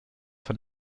von